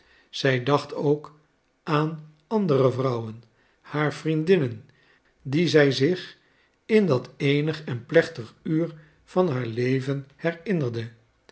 zij dacht ook aan andere vrouwen haar vriendinnen die zij zich in dat eenig en plechtig uur van haar leven herinnerde